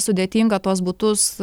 sudėtinga tuos butus